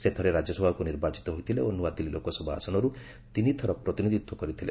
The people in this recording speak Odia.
ସେ ଥରେ ରାଜ୍ୟସଭାକୁ ନିର୍ବାଚିତ ହୋଇଥିଲେ ଓ ନ୍ତଆଦିଲ୍ଲୀ ଲୋକସଭା ଆସନରୁ ତିନିଥର ପ୍ରତିନିଧିତ୍ୱ କରିଥିଲେ